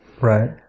Right